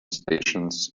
stations